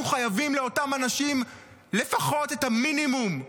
אנחנו חייבים לאותם אנשים לפחות את המינימום,